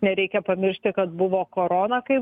nereikia pamiršti kad buvo korona kai